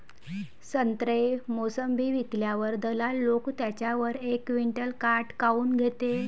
संत्रे, मोसंबी विकल्यावर दलाल लोकं त्याच्यावर एक क्विंटल काट काऊन घेते?